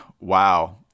wow